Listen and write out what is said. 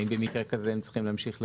האם במקרה כזה הם צריכים להמשיך לכהן?